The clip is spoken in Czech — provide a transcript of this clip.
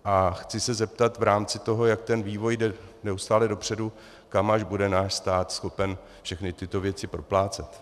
A chci se zeptat v rámci toho, jak jde vývoj neustále dopředu, kam až bude náš stát schopen všechny tyto věci proplácet.